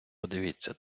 подивіться